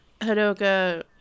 Hanoka